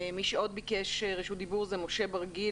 ביקש רשות דיבור משה ברגיל,